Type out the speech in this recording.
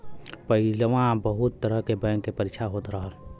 पहिलवा बहुत तरह के बैंक के परीक्षा होत रहल